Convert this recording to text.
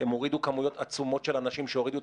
הם הורידו כמויות עצומות שהוריו את